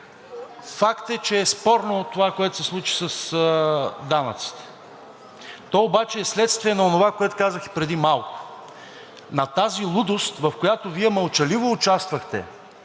Факт е, че е спорно това, което се случи с данъците, а то обаче е следствие на онова, което казах и преди малко – на тази лудост, в която Вие мълчаливо участвахте,